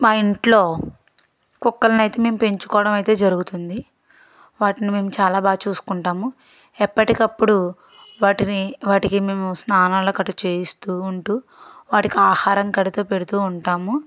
మా ఇంట్లో కుక్కలను అయితే మేము పెంచుకోవడం అయితే జరుగుతుంది వాటిని మేము చాలా బాగా చూసుకుంటాము ఎప్పటికప్పుడు వాటిని వాటికి మేము స్నానాలు కట్ట చేయిస్తూ ఉంటూ వాటికి ఆహారం కడుతు పెడుతు ఉంటాము